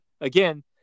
again